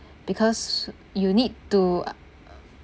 because you need to ah uh